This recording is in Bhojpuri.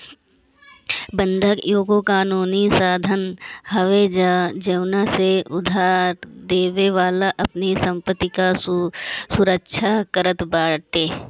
बंधक एगो कानूनी साधन हवे जवना से उधारदेवे वाला अपनी संपत्ति कअ सुरक्षा करत बाटे